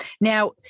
Now